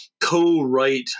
co-write